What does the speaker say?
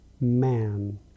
man